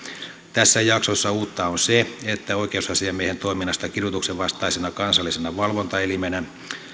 tässä jaksossa uutta on se että oikeusasiamiehen toiminnasta kidutuksen vastaisena kansallisena valvontaelimenä